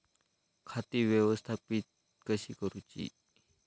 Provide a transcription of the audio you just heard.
खाती व्यवस्थापित कशी करूची?